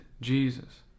Jesus